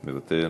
מוותר,